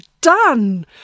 done